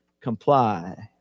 comply